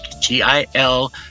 g-i-l